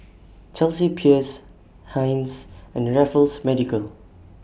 Chelsea Peers Heinz and Raffles Medical